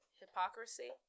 hypocrisy